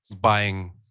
buying